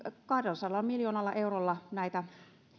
kahdellasadalla miljoonalla eurolla näitä